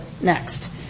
next